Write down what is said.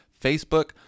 Facebook